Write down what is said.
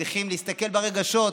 צריכים להסתכל ברגשות,